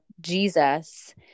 Jesus